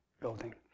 building